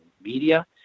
media